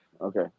Okay